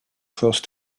close